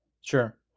sure